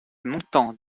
montant